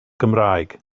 gymraeg